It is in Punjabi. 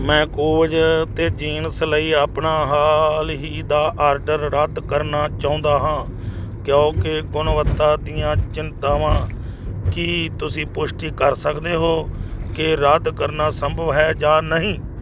ਮੈਂ ਕੋਵਜ਼ 'ਤੇ ਜੀਨਸ ਲਈ ਆਪਣਾ ਹਾਲ ਹੀ ਦਾ ਆਰਡਰ ਰੱਦ ਕਰਨਾ ਚਾਹੁੰਦਾ ਹਾਂ ਕਿਉਂਕਿ ਗੁਣਵੱਤਾ ਦੀਆਂ ਚਿੰਤਾਵਾਂ ਕੀ ਤੁਸੀਂ ਪੁਸ਼ਟੀ ਕਰ ਸਕਦੇ ਹੋ ਕਿ ਰੱਦ ਕਰਨਾ ਸੰਭਵ ਹੈ ਜਾਂ ਨਹੀਂ